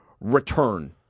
return